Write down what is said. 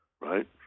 right